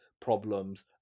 problems